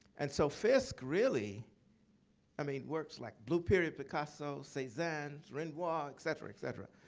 and so fisk really i mean works like blue period picasso, cezanne, renoir, et cetera, et cetera.